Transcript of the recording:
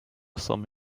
some